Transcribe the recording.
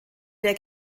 der